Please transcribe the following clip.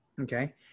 okay